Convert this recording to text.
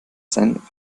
sein